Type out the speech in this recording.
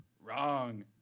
Wrong